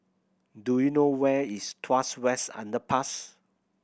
do you know where is Tuas West Underpass